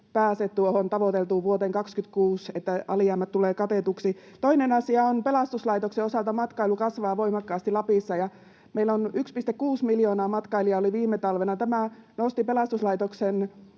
pääse tuohon tavoiteltuun vuoteen 26, että alijäämät tulevat katetuiksi. Toinen asia on pelastuslaitoksen osalta. Matkailu kasvaa voimakkaasti Lapissa, ja meillä oli 1,6 miljoonaa matkailijaa viime talvena. Tämä nosti pelastuslaitoksen